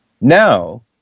Now